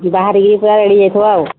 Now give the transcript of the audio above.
ବାହାରିକି ପୁରା ରେଡ଼ି ହେଇଥିବ ଆଉ